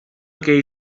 gei